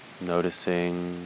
noticing